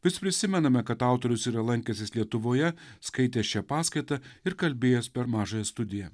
vis prisimename kad autorius yra lankęsis lietuvoje skaitęs čia paskaitą ir kalbėjęs per mažąją studiją